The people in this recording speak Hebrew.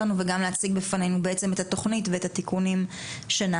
לנו וגם להציג בפנינו את התוכנית ואת התיקונים שנעשו.